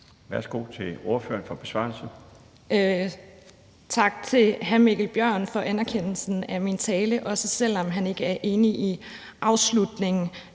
Sandra Elisabeth Skalvig (LA): Tak til hr. Mikkel Bjørn for anerkendelsen af min tale, også selv om han ikke er enig i afslutningen.